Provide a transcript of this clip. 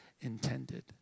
intended